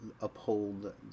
uphold